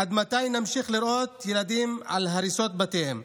עד מתי נמשיך לראות ילדים על הריסות בתיהם?